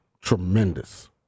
Tremendous